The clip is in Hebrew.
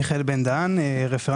מיכאל ביטון ואחרים